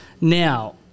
now